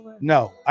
No